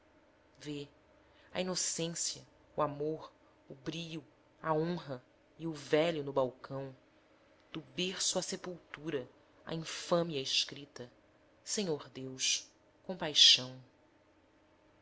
vê a inocência o amor o brio a honra e o velho no balcão do berço à sepultura a infâmia escrita senhor deus compaixão